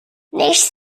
nicht